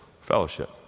fellowship